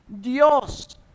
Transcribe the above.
Dios